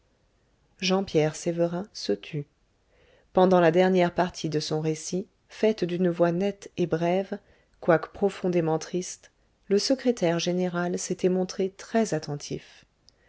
jean pierre sévérin se tut pendant la dernière partie de son récit faite d'une voix nette et brève quoique profondément triste le secrétaire général s'était montré très attentif